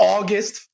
August